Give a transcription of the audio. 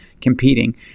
competing